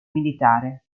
militare